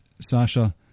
Sasha